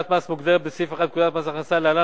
שנת מס מוגדרת בסעיף 1 לפקודת מס הכנסה (להלן,